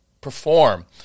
perform